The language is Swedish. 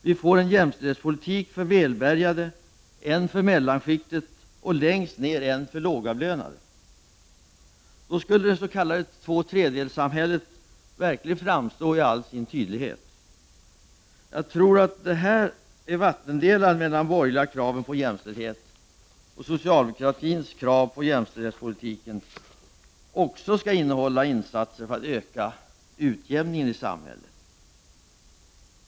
Vi får en jämställdhetspolitik för välbärgade, en för mellanskiktet och längst ned en för de lågavlönade. Då skulle det s.k. tvåtredjedelssamhället framstå i all sin tydlighet. Jag tror att det är här som vattendelaren går mellan de borgerliga kraven på jämställdhet och socialdemokratins krav på att jämställdhetspolitiken också skall innehålla insatser för ökad utjämning i samhället.